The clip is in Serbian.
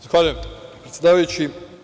Zahvaljujem predsedavajući.